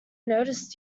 noticed